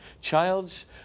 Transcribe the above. child's